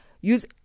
use